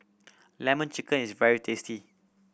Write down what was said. Lemon Chicken is very tasty